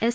S